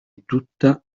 tutta